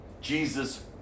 Jesus